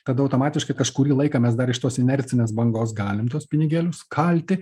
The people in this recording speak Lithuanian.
kad automatiškai kažkurį laiką mes dar iš tos inercinės bangos galim tuos pinigėlius kalti